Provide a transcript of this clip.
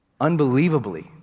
unbelievably